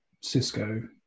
Cisco